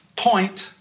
point